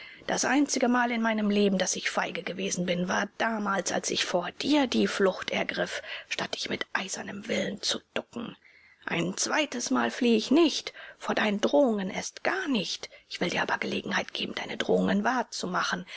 das einzige mal in meinem leben daß ich feige gewesen bin war damals als ich vor dir die flucht ergriff statt dich mit eisernem willen zu ducken ein zweites mal fliehe ich nicht vor deinen drohungen erst gar nicht ich will dir aber gelegenheit geben deine drohungen wahr zu machen